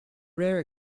rare